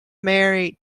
married